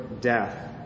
death